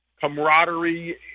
camaraderie